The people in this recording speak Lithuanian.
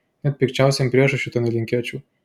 net pikčiausiam priešui šito nelinkėčiau